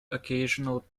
occasional